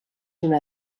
una